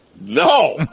No